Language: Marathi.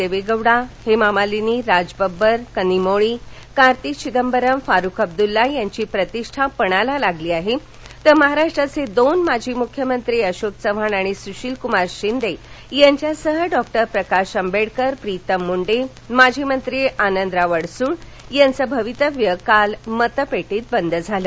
देवेगौडा हेमामालिनी राज बब्बर कानिमोळी कार्ती चिदंबरम फारुख अब्दूल्ला यांची प्रतिष्ठा पणाला लागली आहे तर महाराष्ट्राचे दोन माजी मुख्यमंत्री अशोक चव्हाण आणि सुशीलकुमार शिंदे यांच्यासह डॉ प्रकाश आंबेडकर प्रीतम मुंडे माजी मंत्री आनंदराव अडसूळ यांचं भवितव्य काल मतपेटीत बंद झालं